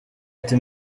ati